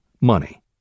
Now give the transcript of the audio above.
money